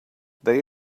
they